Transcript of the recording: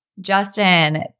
Justin